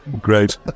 Great